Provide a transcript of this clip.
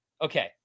Okay